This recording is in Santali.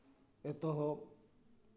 ᱮᱛᱚᱦᱚᱵ